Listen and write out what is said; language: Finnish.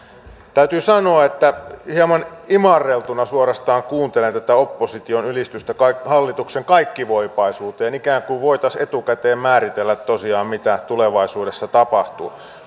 täytyy sanoa että hieman imarreltuna suorastaan kuuntelen tätä opposition ylistystä hallituksen kaikkivoipuudesta ikään kuin voitaisiin tosiaan etukäteen määritellä mitä tulevaisuudessa tapahtuu